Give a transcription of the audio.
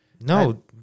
No